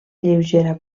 lleugera